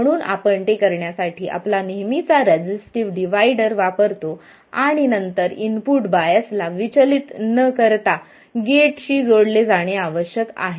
म्हणून आपण ते करण्यासाठी आपला नेहमीचा रेझिस्टिव्ह डिव्हायडर वापरतो आणि नंतर इनपुट बायसला विचलित न करता गेटशी जोडले जाणे आवश्यक आहे